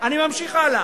אני ממשיך הלאה.